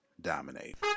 dominate